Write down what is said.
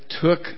took